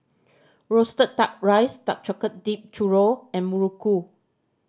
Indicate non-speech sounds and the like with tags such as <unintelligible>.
roasted Duck Rice dark <unintelligible> dipped churro and muruku